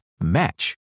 match